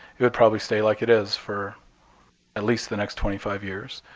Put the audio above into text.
it would probably stay like it is for at least the next twenty five years.